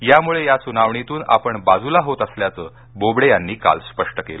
त्यामुळे या सुनावणीतून आपण बाजूला होत असल्याचं बोबडे यांनी काल स्पष्ट केलं